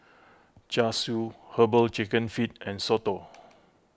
Char Siu Herbal Chicken Feet and Soto